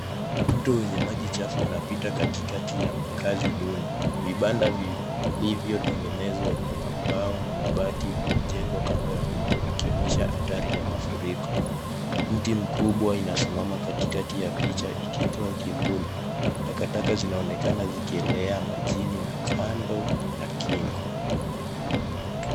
Mto wenye maji chafu unapita katikati ya makazi duni. Vibanda vilivyotengenezwa kwa mabao na mabati vimejengwa kando ya mto vikionyesha athari ya mafuriko. Mti mkubwa inasimama katikati ya picha ikitoa kivuli. Takataka zinaonekana zikielea majini na kando ya kingo.